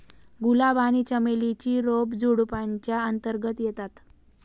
गुलाब आणि चमेली ची रोप झुडुपाच्या अंतर्गत येतात